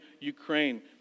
Ukraine